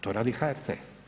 To radi HRT.